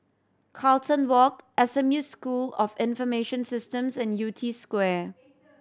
Carlton Walk S M U School of Information Systems and Yew Tee Square